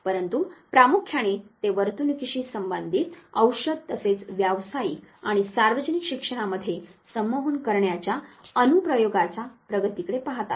परंतु प्रामुख्याने ते वर्तणुकीशी संबंधित औषध तसेच व्यावसायिक आणि सार्वजनिक शिक्षणामध्ये संमोहन करण्याच्या अनुप्रयोगाच्या प्रगतीकडे पाहतात